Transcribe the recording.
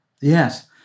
Yes